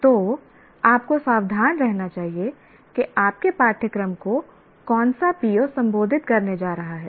तो आपको सावधान रहना चाहिए कि आपके पाठ्यक्रम को कौन सा PO संबोधित करने जा रहा है